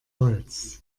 holz